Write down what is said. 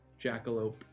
jackalope